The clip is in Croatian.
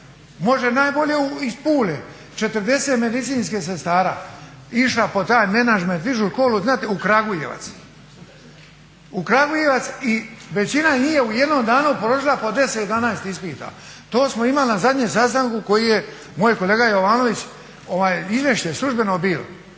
Može najbolje iz Pule 40 medicinskih sestara išla po taj menadžment, dižu …/Govornik se ne razumije./… u Kragujevac. U Kragujevac i većina njih je u jednom danu položila po 10, 11 ispita. To smo imali na zadnjem sastanku koji je moj kolega Jovanović izvješće službeno bilo